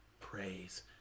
praise